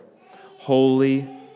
Holy